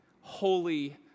holy